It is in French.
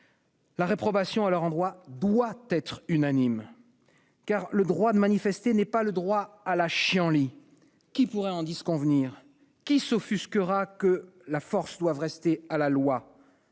La réprobation à leur endroit doit être unanime. En effet, le droit de manifester n'est pas le droit à la chienlit. Qui pourrait en disconvenir ? Qui s'offusquera que la force doive rester à la loi ?